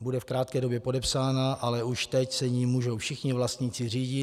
Bude v krátké době podepsána, ale už teď se jí můžou všichni vlastníci řídit.